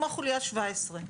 זה כמו "חוליה 17",